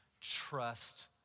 Trust